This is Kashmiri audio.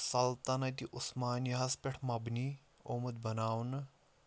سلطنتہِ عُثمانیہَس پٮ۪ٹھ مبنی آمُت بناونہٕ